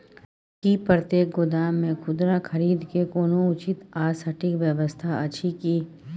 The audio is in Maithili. की प्रतेक गोदाम मे खुदरा खरीद के कोनो उचित आ सटिक व्यवस्था अछि की?